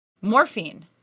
morphine